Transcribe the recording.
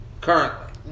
Currently